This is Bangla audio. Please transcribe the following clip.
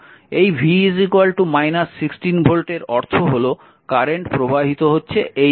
এই v 16 ভোল্টের অর্থ হল কারেন্ট প্রবাহিত হচ্ছে এই দিকে